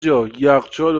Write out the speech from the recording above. جا، یخچال